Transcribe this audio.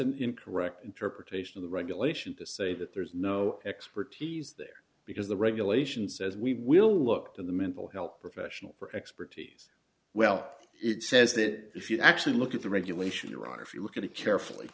an incorrect interpretation of the regulation to say that there's no expertise there because the regulation says we will look to the mental health professional for expertise well it says that if you actually look at the regulation iran if you look at it carefully